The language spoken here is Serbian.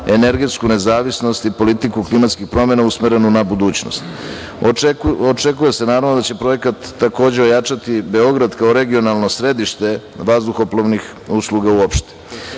energetsku nezavisnost i politiku klimatskih promena usmerenu na budućnost. Očekuje se, naravno, da će projekat takođe ojačati Beograd kao regionalno središte vazduhoplovnih usluga uopšte. Kada